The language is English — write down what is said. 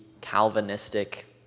Calvinistic